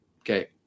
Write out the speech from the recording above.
okay